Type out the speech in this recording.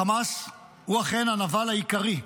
החמאס הוא אכן הנבל העיקרי.